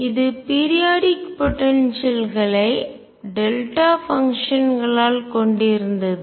இது periodic potential களை குறிப்பிட்ட கால இடைவெளி ஆற்றல் டெல்டா பங்ஷன் களால் கொண்டிருந்தது